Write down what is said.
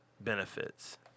benefits